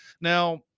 now